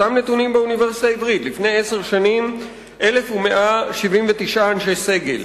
אותם נתונים באוניברסיטה העברית: לפני עשר שנים 1,179 אנשי סגל,